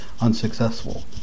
unsuccessful